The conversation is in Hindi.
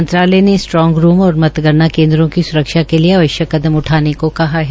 मंत्रालय ने स्ट्रांग रूम और मतगणना केन्द्रों की स्रक्षा के लिये आवश्यक कदम उठाने को कहा है